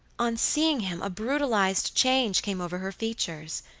on seeing him a brutalized change came over her features.